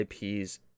IPs